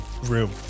room